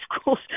schools